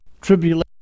Tribulation